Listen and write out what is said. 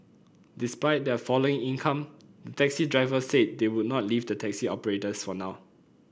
despite their falling income the taxi drivers said they would not leave the taxi operators for now